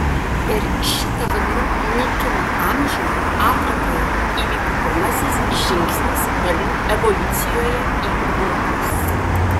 per šitą varlių nykimo amžių afrikoje įvyko pirmasis žingsnis varlių evoliucijoje į roplius